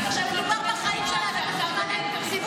אפס.